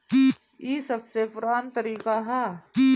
ई सबसे पुरान तरीका हअ